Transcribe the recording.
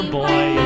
boy